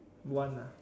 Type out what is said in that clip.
one ah